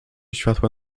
światła